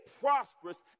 prosperous